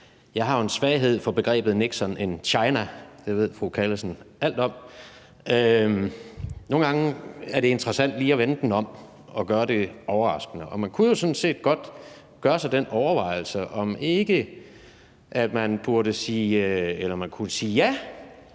jeg har jo en svaghed for begrebet »Nixon in China« – det ved fru Anne Sophie Callesen alt om – og nogle gange er det interessant lige at vende den om og gøre det overraskende. Og man kunne jo sådan set godt gøre sig den overvejelse, om ikke man kunne sige ja